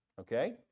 Okay